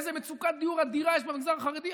איזו מצוקת דיור אדירה יש במגזר החרדי?